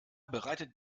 bereitet